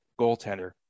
goaltender